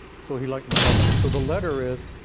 so he liked my letter. so the letter is.